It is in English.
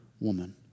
woman